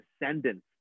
descendants